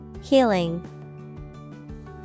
Healing